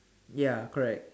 ya correct